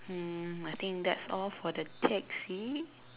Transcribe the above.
hmm I think that's all for the taxi